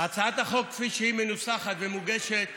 הצעת החוק כפי שהיא מנוסחת ומוגשת